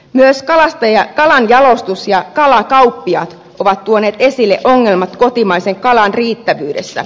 myös kalanjalostus ja kalakauppiaat ovat tuoneet esille ongelmat kotimaisen kalan riittävyydessä